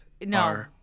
No